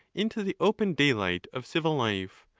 into the open daylight of civil life,